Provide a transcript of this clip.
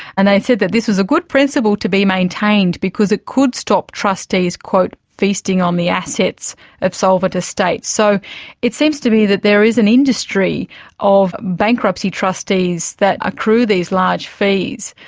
and they said that this is a good principle to be maintained, because it could stop trustees feasting on the assets of solvent estates. so it seems to me that there is an industry of bankruptcy trustees that accrue these large fees.